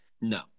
no